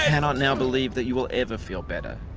ah cannot now believe that you will ever feel better.